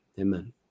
Amen